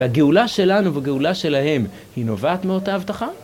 הגאולה שלנו וגאולה שלהם היא נובעת מאותה הבטחה?